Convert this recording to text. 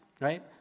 right